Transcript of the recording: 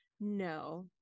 No